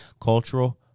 Cultural